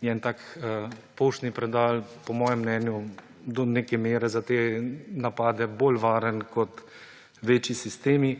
je en tak poštni predal do neke mere za te napade bolj varen kot večji sistemi.